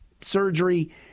Surgery